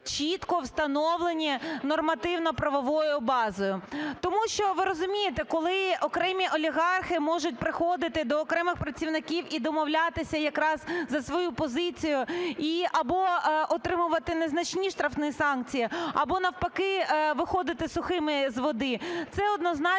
чітко встановлені нормативно-правовою базою. Тому що, ви розумієте, коли окремі олігархи можуть приходити до окремих працівників і домовлятися якраз за свою позицію і або отримувати незначні штрафні санкції, або навпаки – виходити сухими з води, це однозначно